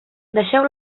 deixeu